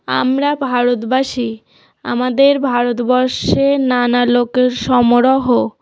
আমরা ভারতবাসী আমাদের ভারতবর্ষে নানা লোকের সমারোহ